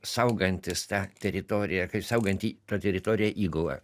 saugantys tą teritoriją kaip sauganti teritoriją įgula